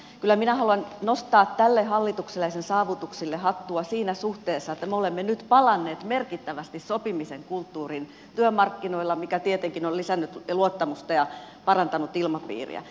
kyllä minä haluan nostaa tälle hallitukselle ja sen saavutuksille hattua siinä suhteessa että me olemme nyt palanneet merkittävästi sopimisen kulttuuriin työmarkkinoilla mikä tietenkin on lisännyt luottamusta ja parantanut ilmapiiriä